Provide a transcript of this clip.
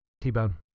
T-Bone